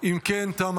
אם כן, תמה